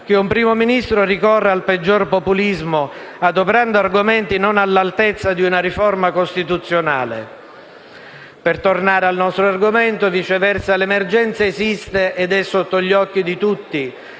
che un Primo Ministro ricorra al peggior populismo, adoperando argomenti non all'altezza di una riforma della Costituzione. Per tornare al nostro argomento, viceversa, l'emergenza esiste ed è sotto gli occhi di tutti,